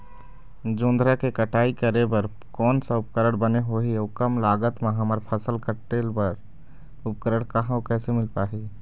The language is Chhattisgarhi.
जोंधरा के कटाई करें बर कोन सा उपकरण बने होही अऊ कम लागत मा हमर फसल कटेल बार उपकरण कहा अउ कैसे मील पाही?